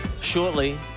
shortly